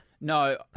No